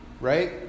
right